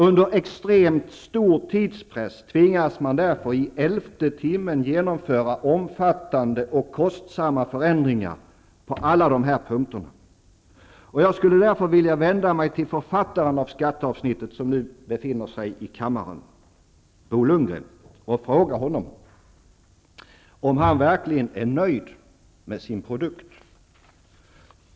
Under extremt stor tidspress tvingas man därför i elfte timmen genomföra omfattande och kostsamma förändringar på alla dessa punkter. Jag skulle därför vilja vända mig till författaren av skatteavsnittet, Bo Lundgren, som nu finns i kammaren, och fråga om han verkligen är nöjd med sin produkt.